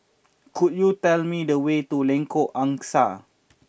could you tell me the way to Lengkok Angsa